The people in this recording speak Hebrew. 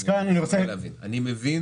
אני מבין